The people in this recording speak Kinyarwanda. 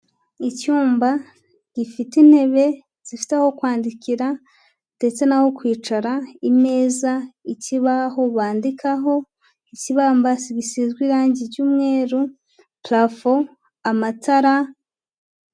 Icyumba gifite intebe zifite aho kwandikira, ndetse n'aho kwicara, imeza, ikibaho bandikaho, ikibambasi gisizwe irangi ry'umweru, parafo, amatara.